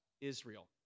Israel